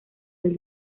del